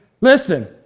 listen